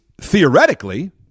theoretically